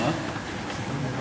סעיד נפאע,